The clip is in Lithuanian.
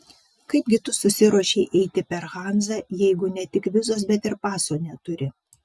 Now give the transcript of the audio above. kaip gi tu susiruošei eiti per hanzą jeigu ne tik vizos bet ir paso neturi